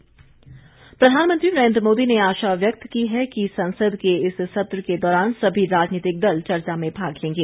प्रधानमंत्री प्रधानमंत्री नरेन्द्र मोदी ने आशा व्यक्त की है कि संसद के इस सत्र के दौरान सभी राजनीतिक दल चर्चा में भाग लेंगे